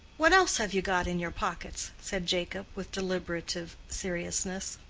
what else have you got in your pockets? said jacob, with deliberative seriousness.